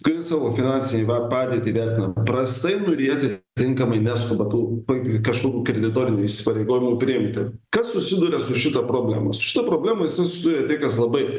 kuri savo finansinę va padėtį vertina prastai norėti tinkamai neskuba tų kažkokį kreditorinių įsipareigojimų priimti kas susiduria su šita problema su šita problema visada susiduria tie kas labai